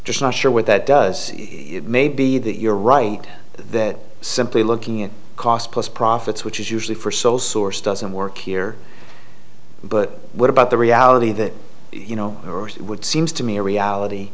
just not sure what that does it may be that you're right that simply looking at cost plus profits which is usually for sole source doesn't work here but what about the reality that you know or what seems to me a reality